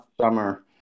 summer